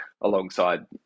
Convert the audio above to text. alongside